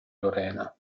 lorena